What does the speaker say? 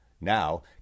Now